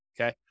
Okay